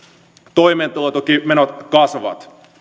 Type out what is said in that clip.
toimeentulotukimenot kasvavat